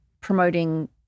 promoting